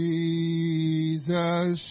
Jesus